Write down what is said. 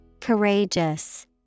Courageous